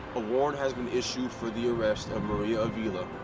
a warrant has been issued for the arrest of maria avila,